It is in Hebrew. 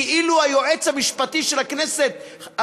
כאילו היועץ המשפטי של הכנסת,